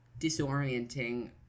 disorienting